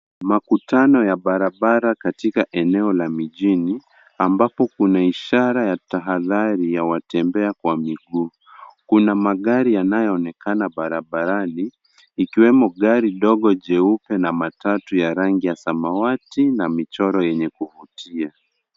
Makutano ya barabara katika eneo la mijini ambapo kuna ishara ya tahadhari ya watembea kwa miguu. Kuna magari yanayoonekana barabarani ikiwemo gari ndogo jeupe na matatu ya rangi ya samawati na michoro yenye kuvutia.